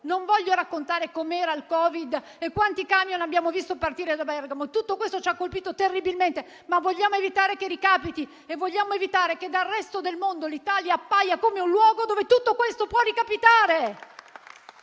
non voglio raccontare come era il Covid e quanti camion abbiamo visto partire da Bergamo. Tutto questo ci ha colpito terribilmente, ma vogliamo evitare che ricapiti e vogliamo evitare che al resto del mondo l'Italia appaia come un luogo dove tutto questo può ricapitare.